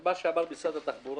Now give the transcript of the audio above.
הם לא מחדשים היום רישיונות לנהגים.